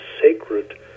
sacred